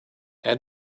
add